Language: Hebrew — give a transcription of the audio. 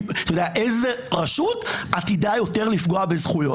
איזו רשות עתידה יותר לפגוע בזכויות.